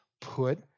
put